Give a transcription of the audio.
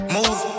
Move